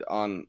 on